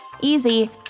easy